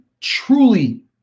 truly